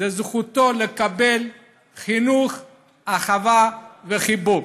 זכותו לקבל חינוך, אהבה וחיבוק,